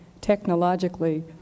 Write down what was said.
technologically